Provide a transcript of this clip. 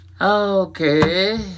okay